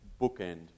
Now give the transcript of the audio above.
bookend